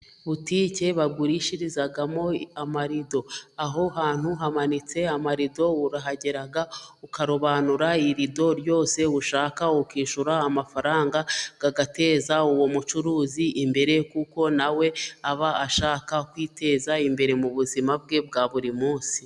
Butike bagurishirizamo amarido, aho hantu hamanitse amarido, urahagera ukarobanura irido ryose ushaka ukishyura amafaranga, agateza uwo mucuruzi imbere, kuko nawe aba ashaka kwiteza imbere mu buzima bwe bwa buri munsi.